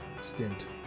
stint